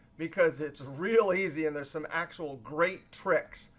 because it's really easy, and there's some actual great tricks.